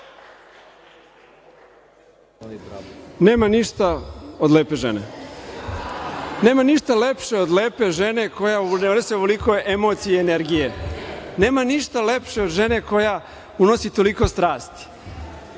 **Aleksandar Vulin** Nema ništa lepše od lepe žene koja unese ovoliko emocije i energije, nema ništa lepše od žene koja unosi toliko strasti.